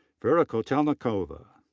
vera kotelnikova.